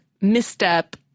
misstep